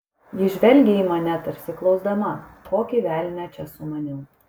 ji žvelgė į mane tarsi klausdama kokį velnią čia sumaniau